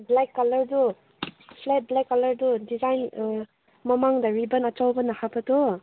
black ꯀꯂꯔꯗꯨ flat black ꯀꯂꯔꯗꯨ design ꯃꯃꯥꯡꯗ ꯔꯤꯕꯟ ꯑꯆꯧꯕꯅ ꯍꯥꯞꯄꯗꯣ